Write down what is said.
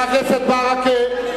חבר הכנסת ברכה.